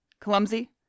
clumsy